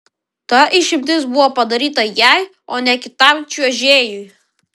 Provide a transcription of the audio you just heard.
ta išimtis buvo padaryta jai o ne kitam čiuožėjui